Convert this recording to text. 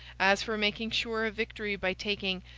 as for making sure of victory by taking,